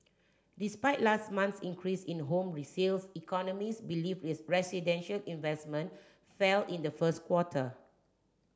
despite last month's increase in home resales economist believe is residential investment fell in the first quarter